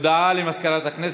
הודעה למזכירת הכנסת,